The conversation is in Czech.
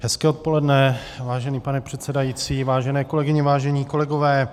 Hezké odpoledne, vážený pane předsedající, vážené kolegyně, vážení kolegové.